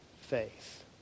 faith